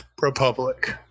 republic